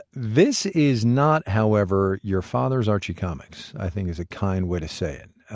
this is not, however, your father's archie comics, i think is a kind way to say it.